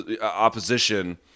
opposition